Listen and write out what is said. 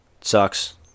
sucks